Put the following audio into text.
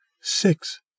six